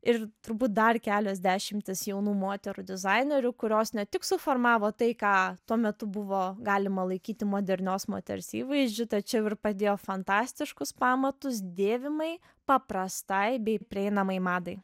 ir turbūt dar kelios dešimtys jaunų moterų dizainerių kurios ne tik suformavo tai ką tuo metu buvo galima laikyti modernios moters įvaizdžiu tačiau ir padėjo fantastiškus pamatus dėvimai paprastai bei prieinamai madai